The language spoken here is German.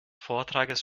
vortrages